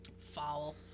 Foul